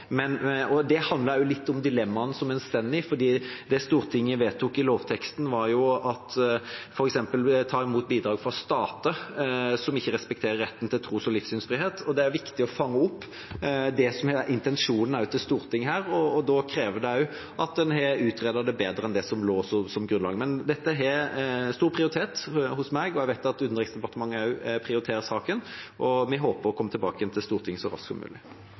Det handler også litt om dilemmaene man står i, for det Stortinget vedtok i lovteksten, var f.eks. å ta imot bidrag fra stater som ikke respekterer retten til tros- og livssynsfrihet. Det er viktig å fange opp det som er intensjonen til Stortinget her, og da krever det også at en har utredet det bedre enn det som lå som grunnlag. Men dette har stor prioritet hos meg, og jeg vet at Utenriksdepartementet også prioriterer saken. Vi håper å komme tilbake igjen til Stortinget så raskt som mulig.